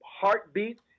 heartbeat